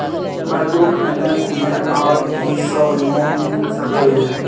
Microfinance मे आर की सब लोन मिल सके ये?